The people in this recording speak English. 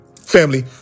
family